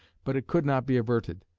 but it could not be averted,